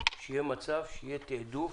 שיהיה תעדוף